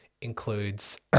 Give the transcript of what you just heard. includes